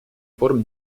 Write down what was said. форм